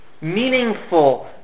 Meaningful